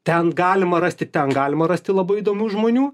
ten galima rasti ten galima rasti labai įdomių žmonių